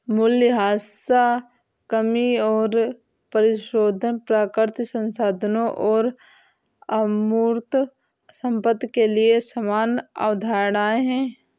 मूल्यह्रास कमी और परिशोधन प्राकृतिक संसाधनों और अमूर्त संपत्ति के लिए समान अवधारणाएं हैं